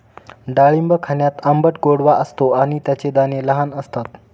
डाळिंब खाण्यात आंबट गोडवा असतो आणि त्याचे दाणे लहान असतात